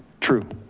true.